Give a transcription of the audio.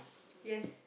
yes